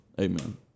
Amen